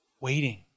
waiting